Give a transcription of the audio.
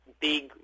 big